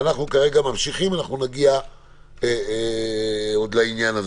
אנחנו ממשיכים ועוד נגיע לעניין הזה.